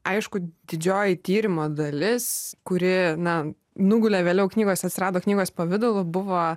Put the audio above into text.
aišku didžioji tyrimo dalis kuri na nugulė vėliau knygos atsirado knygos pavidalu buvo